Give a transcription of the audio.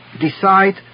decide